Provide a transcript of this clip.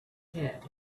head